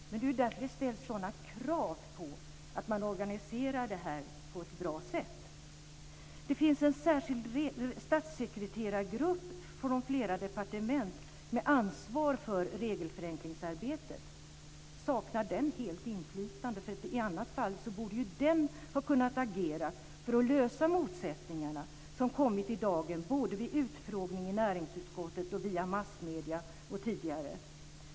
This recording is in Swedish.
Det är ju därför det ställs sådana krav på att man organiserar det här på ett bra sätt. Det finns en särskild statssekreterargrupp från flera departement med ansvar för regelförenklingsarbetet. Saknar den helt inflytande? I annat fall borde ju den ha kunnat agera för att lösa de motsättningar som kommit i dagen vid utfrågning i näringsutskottet, via massmedierna och även tidigare.